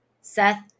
Seth